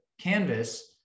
canvas